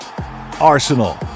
arsenal